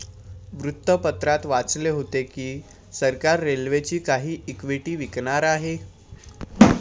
वृत्तपत्रात वाचले होते की सरकार रेल्वेची काही इक्विटी विकणार आहे